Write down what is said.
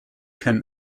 can